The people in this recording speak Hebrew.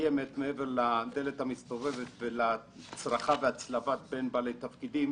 שקיימת מעבר לדלת המסתובבת ולהצרחה וההצלבה בין בעלי תפקידים,